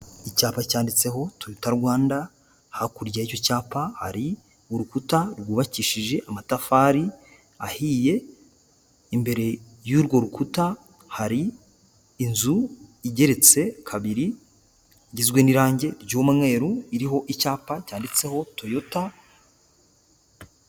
Icyapa cyanditseho ,tuwita Rwanda ,hakurya yicyo cyapa ,hari urukuta ,rwubakishije amatafari ahiye, imbere y'urwo rukuta hari inzu, igeretse kabiri, igizwe n'irangi ry'umweru, iriho icyapa cyanditseho toyota...